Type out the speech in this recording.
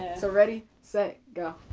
so ready, set, go.